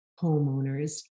homeowners